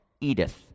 Edith